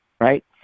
right